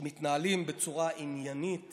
שמתנהלים בצורה עניינית